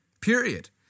Period